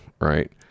right